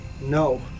No